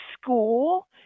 school